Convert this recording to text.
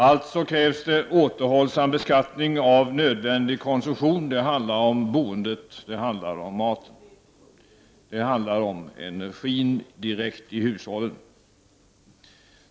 Alltså krävs det återhållsamhet vid beskattningen av nödvändig konsumtion — det handlar om boendet, maten och energin direkt till hushållen.